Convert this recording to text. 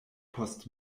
post